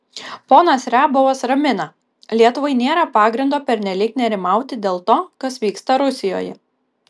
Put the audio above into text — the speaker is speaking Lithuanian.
ponas riabovas ramina lietuvai nėra pagrindo pernelyg nerimauti dėl to kas vyksta rusijoje